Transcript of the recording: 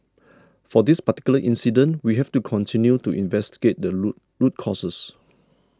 for this particular incident we have to continue to investigate the root causes